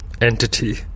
Entity